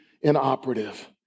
inoperative